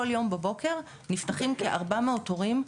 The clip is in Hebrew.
כל יום בבוקר נפתחים כ-400 תורים,